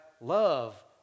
love